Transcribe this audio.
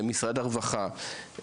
למשרד הרווחה,